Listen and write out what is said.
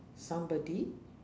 somebody